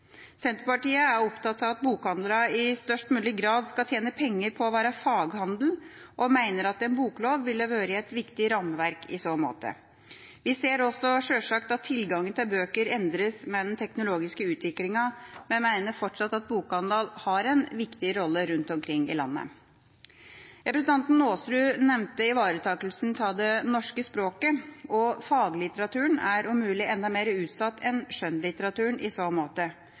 Senterpartiet er opptatt av at bokhandlerne i størst mulig grad skal tjene penger på å være faghandel, og mener at en boklov ville vært et viktig rammeverk i så måte. Vi ser også sjølsagt at tilgangen til bøker endres med den teknologiske utvikling, men mener fortsatt at bokhandelen har en viktig rolle rundt omkring i landet. Representanten Aasrud nevnte ivaretakelsen av det norske språket. Faglitteraturen er, om mulig, enda mer utsatt enn skjønnlitteraturen i så måte.